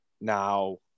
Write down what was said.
now